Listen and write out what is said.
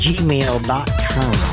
gmail.com